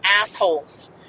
assholes